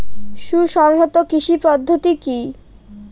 সুসংহত কৃষি পদ্ধতি কি?